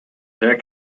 hair